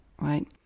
right